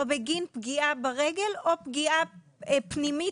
בגין פגיעה ברגל או בגין פגיעה פנימית,